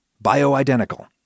bio-identical